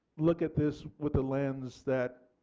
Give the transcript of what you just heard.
look at this with a lens that